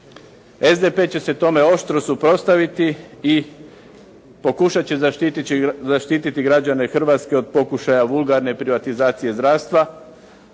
SDP će se tome oštro suprotstaviti i pokušat će zaštiti građane Hrvatske od pokušaja vulgarne privatizacije zdravstva